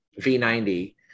V90